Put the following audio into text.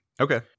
okay